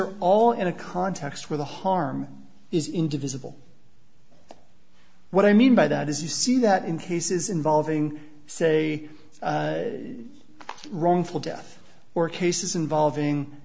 are all in a context where the harm is indivisible what i mean by that is you see that in cases involving say wrongful death or cases involving